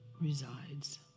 resides